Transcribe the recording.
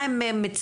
מה הם מצפים,